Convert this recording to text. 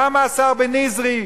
למה השר לשעבר בניזרי,